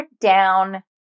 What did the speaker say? down